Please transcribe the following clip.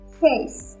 face